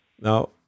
Now